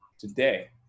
today